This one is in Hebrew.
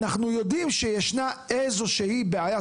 "אנחנו יודעים שישנה איזו שהיא בעיה",